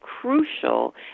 crucial